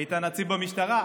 היית נציב במשטרה,